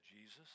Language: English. Jesus